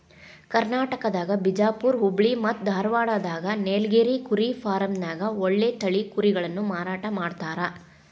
ಕರ್ನಾಟಕದಾಗ ಬಿಜಾಪುರ್ ಹುಬ್ಬಳ್ಳಿ ಮತ್ತ್ ಧಾರಾವಾಡದಾಗ ನೇಲಗಿರಿ ಕುರಿ ಫಾರ್ಮ್ನ್ಯಾಗ ಒಳ್ಳೆ ತಳಿ ಕುರಿಗಳನ್ನ ಮಾರಾಟ ಮಾಡ್ತಾರ